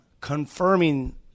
confirming